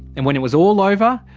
and when it was all over,